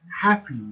happy